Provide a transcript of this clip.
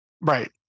Right